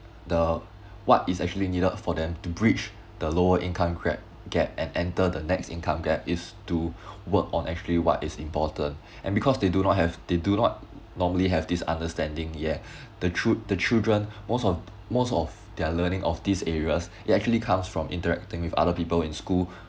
the what is actually needed for them to bridge the lower income gap get and enter the next income gap is to work on actually what is important and because they do not have they do not normally have this understanding yet the chil~ the children most of most of their learning of these areas it actually comes from interacting with other people in school